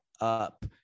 up